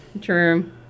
True